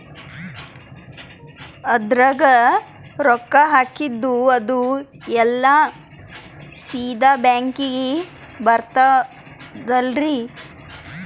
ಅದ್ರಗ ರೊಕ್ಕ ಹಾಕಿದ್ದು ಅದು ಎಲ್ಲಾ ಸೀದಾ ಬ್ಯಾಂಕಿಗಿ ಬರ್ತದಲ್ರಿ?